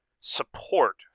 support